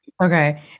Okay